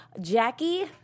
Jackie